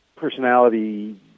Personality